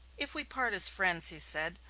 if we part as friends, he said,